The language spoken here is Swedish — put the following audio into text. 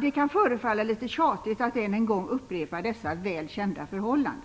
Det kan förefalla litet tjatigt att än en gång upprepa dessa väl kända förhållanden,